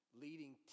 leading